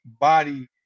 body